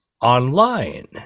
online